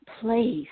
place